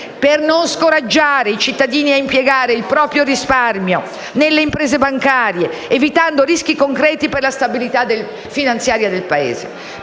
per non scoraggiare i cittadini ad impiegare il proprio risparmio nelle imprese bancarie, evitando rischi concreti per la stabilità finanziaria del Paese.